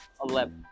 11